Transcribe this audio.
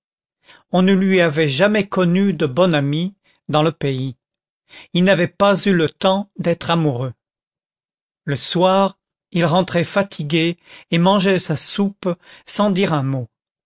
on ne lui avait jamais connu de bonne amie dans le pays il n'avait pas eu le temps d'être amoureux le soir il rentrait fatigué et mangeait sa soupe sans dire un mot